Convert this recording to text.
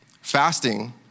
fasting